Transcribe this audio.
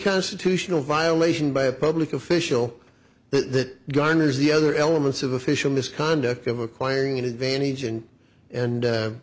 constitutional violation by a public official that garners the other elements of official misconduct of acquiring an advantage and and